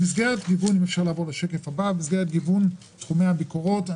במסגרת גיוון תחומי הביקורת,